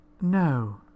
No